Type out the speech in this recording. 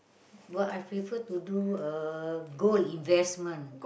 but I prefer to do uh gold investment